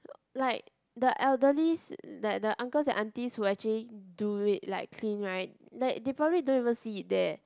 like the elderlies like the uncles and aunties who actually do it like clean right like they probably don't even see it there